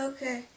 Okay